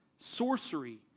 sorcery